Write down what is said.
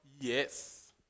Yes